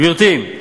גברתי,